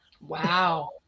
Wow